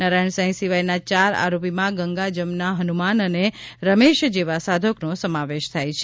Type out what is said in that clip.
નારાયણ સાંઈ સિવાયના ચાર આરોપીમાં ગંગા જમુના હનુમાન અને રમેશ જેવા સાધકનો સમાવેશ થાય છે